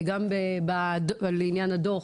וגם בוועדה המשותפת לעניין הדוח,